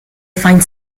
find